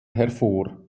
hervor